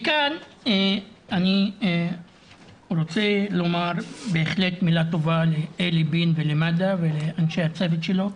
מכאן אני רוצה לומר בהחלט מילה טובה לאלי בין ולמד"א ולאנשי הצוות שלו.